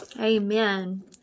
Amen